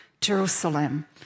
Jerusalem